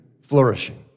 flourishing